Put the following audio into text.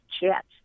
chats